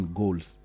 goals